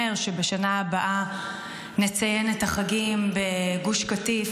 שבשנה הבאה נציין את החגים בגוש קטיף,